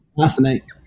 Fascinating